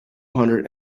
hundred